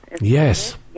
yes